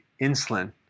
insulin